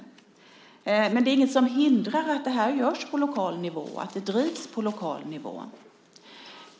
Men det är inget som hindrar att det här görs på lokal nivå, att det drivs på lokal nivå.